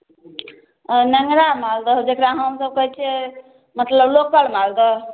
नेँङ्गरा मालदह जकरा हमसब कहै छिए मतलब लोकल मालदह